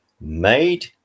made